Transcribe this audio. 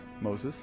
Moses